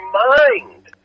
mind